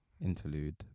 Interlude